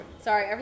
Sorry